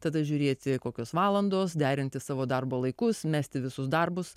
tada žiūrėti kokios valandos derinti savo darbo laikus mesti visus darbus